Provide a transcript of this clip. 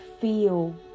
feel